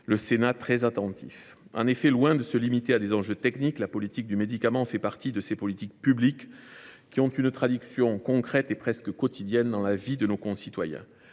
pour nos concitoyens. En effet, loin de se limiter à des enjeux techniques, la politique du médicament fait partie de ces politiques publiques qui ont une traduction concrète et presque quotidienne dans la vie des Français.